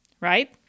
right